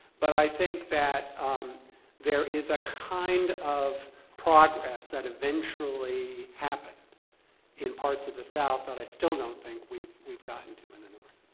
but i think that um there is a kind of progress that eventually happened in parts of the south that i still don't think we've we've gotten to in the north.